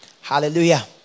Hallelujah